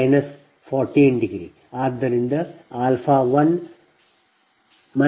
ಆದ್ದರಿಂದ α 1 α 2 0